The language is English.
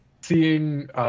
seeing